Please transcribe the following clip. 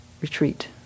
retreat